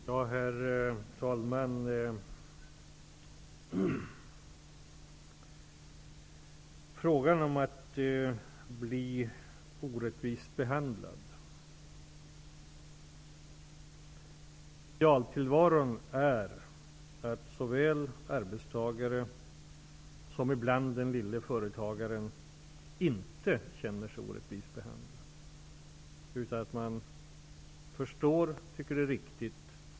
Herr talman! Varken i arbetstagarens eller i småföretagarens tillvaro känner man sig orättvist behandlad, utan man förstår de beslut som växer fram och tycker att de är rättvisa.